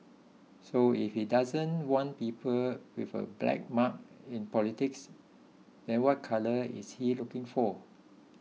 so if he doesn't want people with a black mark in politics then what colour is he looking for